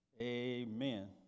Amen